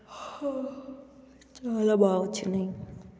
చాలా బా వచ్చినాయి